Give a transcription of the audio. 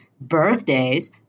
birthdays